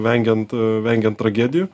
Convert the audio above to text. vengiant vengian tragedijų